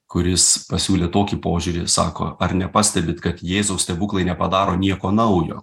kuris pasiūlė tokį požiūrį sako ar nepastebit kad jėzaus stebuklai nepadaro nieko naujo